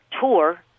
tour